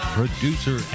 producer